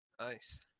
Nice